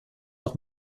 auch